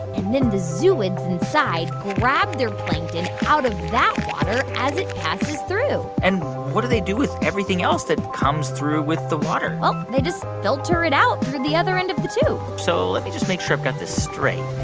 and then the zooids inside grab their plankton out of that water as it passes through and what do they do with everything else that comes through with the water? well, they just filter it out through the other end of the tube so let me just make sure i've got this straight.